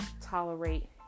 tolerate